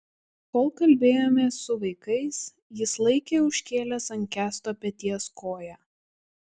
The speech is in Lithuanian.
kol kalbėjomės su vaikais jis laikė užkėlęs ant kęsto peties koją